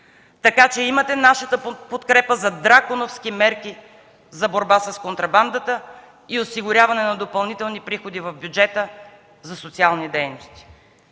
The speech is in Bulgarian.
така че имате нашата подкрепа за драконовски мерки за борба с контрабандата и осигуряване на допълнителни приходи в бюджета за социални дейности.